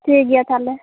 ᱴᱷᱤᱠ ᱜᱮᱭᱟ ᱛᱟᱦᱚᱞᱮ